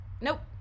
Nope